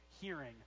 hearing